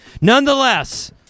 Nonetheless